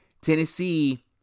Tennessee